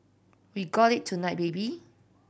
we got it tonight baby